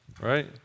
right